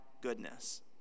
goodness